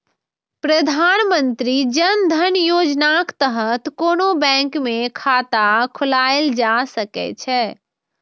प्रधानमंत्री जन धन योजनाक तहत कोनो बैंक मे खाता खोलाएल जा सकै छै